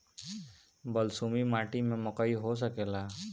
बलसूमी माटी में मकई हो सकेला?